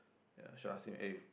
ya should ask him eh